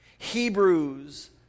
Hebrews